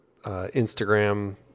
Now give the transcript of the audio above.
Instagram